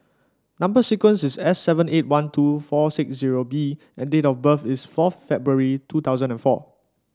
number sequence is S seven eight one two four six zero B and date of birth is fourth February two thousand and four